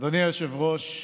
אדוני היושב-ראש,